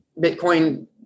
Bitcoin